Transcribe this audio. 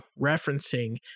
referencing